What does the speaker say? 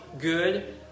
good